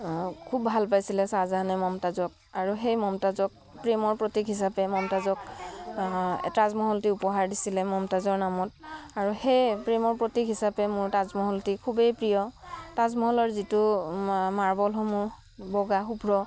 খুব ভাল পাইছিলে চাহজাহানে মমতাজক আৰু সেই মমতাজক প্ৰেমৰ প্ৰতীক হিচাপে মমতাজক তাজমহলটি উপহাৰ দিছিলে মমতাজৰ নামত আৰু সেই প্ৰেমৰ প্ৰতীক হিচাপে মোৰ তাজমহলটি খুবেই প্ৰিয় তাজমহলৰ যিটো মাৰ্বলসমূহ বগা শুভ্ৰ